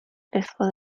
before